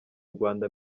rwanda